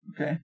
Okay